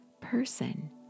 person